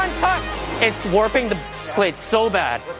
it's warping the plates so bad